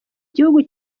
gihugu